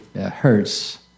hurts